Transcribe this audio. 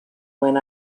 when